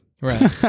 right